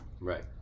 Right